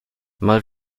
mal